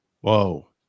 Whoa